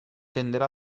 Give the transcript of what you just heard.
renderà